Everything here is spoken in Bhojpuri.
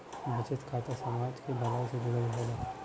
बचत खाता समाज के भलाई से जुड़ल होला